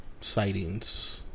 sightings